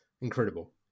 incredible